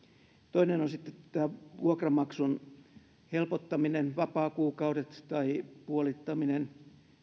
toinen on tämä vuokranmaksun helpottaminen vapaakuukaudet tai puolittaminen